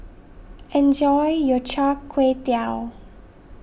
enjoy your Char Kway Teow